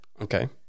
Okay